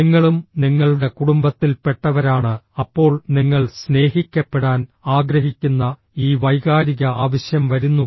നിങ്ങളും നിങ്ങളുടെ കുടുംബത്തിൽ പെട്ടവരാണ് അപ്പോൾ നിങ്ങൾ സ്നേഹിക്കപ്പെടാൻ ആഗ്രഹിക്കുന്ന ഈ വൈകാരിക ആവശ്യം വരുന്നു